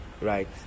right